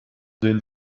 den